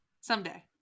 Someday